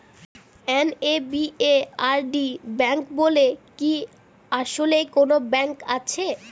NABARD bank বলে কি আসলেই কোনো ব্যাংক আছে?